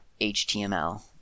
HTML